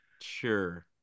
Sure